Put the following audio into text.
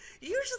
Usually